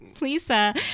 Lisa